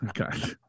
Okay